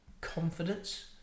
confidence